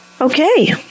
Okay